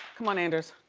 come on anders.